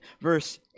Verse